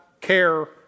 care